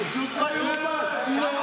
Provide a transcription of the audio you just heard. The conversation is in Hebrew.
פשוט לא ייאמן.